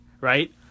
right